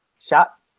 shot